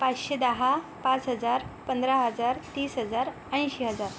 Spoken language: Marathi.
पाचशे दहा पाच हजार पंधरा हजार तीस हजार ऐंशी हजार